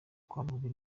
kwamburwa